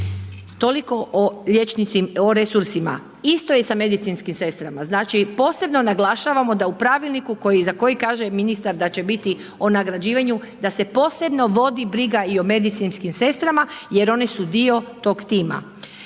Toliko o resursima. Isto je sa medicinskim sestrama, znači posebno naglašavamo da u pravilniku za koji kaže ministar da će biti o nagrađivanju, da se posebno vodi briga i o medicinskim sestrama jer oni su dio tog tima.